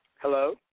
Hello